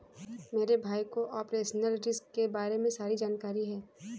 मेरे भाई को ऑपरेशनल रिस्क के बारे में सारी जानकारी है